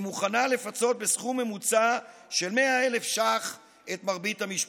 היא מוכנה לפצות בסכום ממוצע של 100,000 ש"ח את מרבית המשפחות.